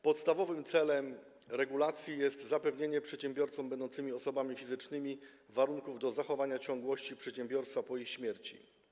Podstawowym celem regulacji jest zapewnienie przedsiębiorcom będącym osobami fizycznymi warunków do zachowania ciągłości przedsiębiorstwa po ich śmierci.